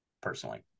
personally